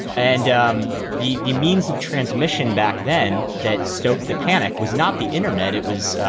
and um the the means of transmission back then that stoked the panic was not the internet. it was.